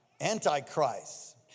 Antichrist